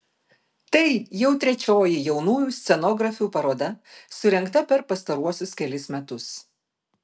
tai jau trečioji jaunųjų scenografių paroda surengta per pastaruosius kelis metus